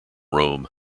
rome